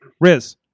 Riz